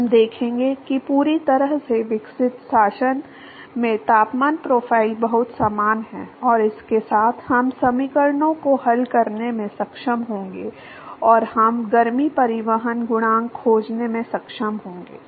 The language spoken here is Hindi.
हम दिखाएंगे कि पूरी तरह से विकसित शासन में तापमान प्रोफाइल बहुत समान है और इसके साथ हम समीकरणों को हल करने में सक्षम होंगे और हम गर्मी परिवहन गुणांक खोजने में सक्षम होंगे